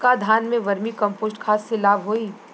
का धान में वर्मी कंपोस्ट खाद से लाभ होई?